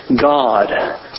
God